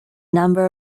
number